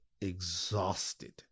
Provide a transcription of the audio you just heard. exhausted